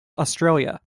australia